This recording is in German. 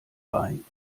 bein